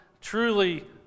truly